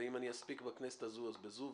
ואם אני אספיק בכנסת הזו אז בזו,